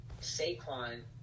Saquon